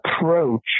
approach